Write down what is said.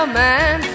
man